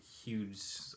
huge